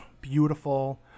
beautiful